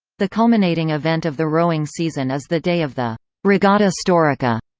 the culminating event of the rowing season is the day of the regata storica,